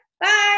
Bye